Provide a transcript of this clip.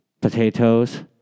potatoes